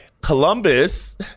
Columbus